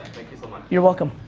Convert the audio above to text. you so much. you're welcome.